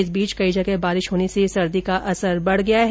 इस बीच कई जगह बारिश होने से सर्दी का असर बढ़ गया है